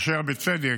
אשר בצדק,